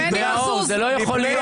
זה לא יכול להיות...